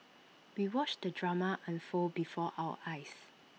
we watched the drama unfold before our eyes